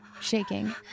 shaking